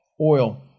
oil